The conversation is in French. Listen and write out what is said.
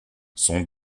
son